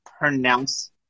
pronounce